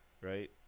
right